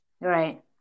right